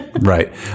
Right